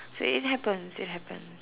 so it happens it happens